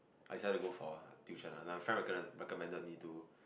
I decide to go for tuition lah my friend reco~ recommended me to